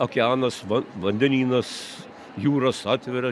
okeanas vandenynas jūros atveria